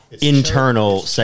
internal